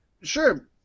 Sure